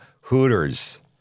Hooters